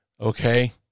Okay